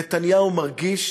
נתניהו מרגיש